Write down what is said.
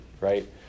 right